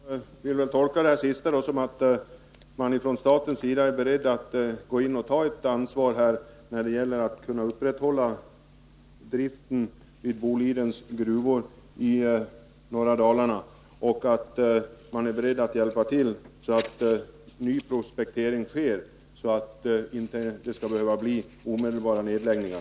Fru talman! Jag vill tolka det här senaste som att man från statens sida är beredd att gå in och ta ett ansvar när det gäller att kunna upprätthålla driften vid Bolidens gruvor i norra Dalarna och att man är beredd att hjälpa till så att nyprospektering sker, så att det inte skall behöva bli omedelbara nedläggningar.